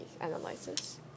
analysis